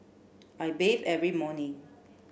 I bathe every morning